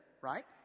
right